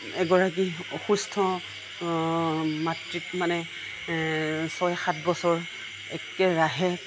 এগৰাকী অসুস্থ মাতৃক মানে ছয় সাত বছৰ একেৰাহে